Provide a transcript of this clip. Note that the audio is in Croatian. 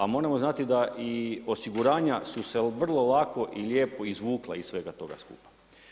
A moramo znati da i osiguranja su se vrlo lako i lijepo izvukla iz svega toga skupa.